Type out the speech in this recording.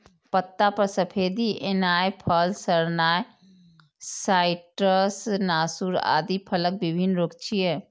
पत्ता पर सफेदी एनाय, फल सड़नाय, साइट्र्स नासूर आदि फलक विभिन्न रोग छियै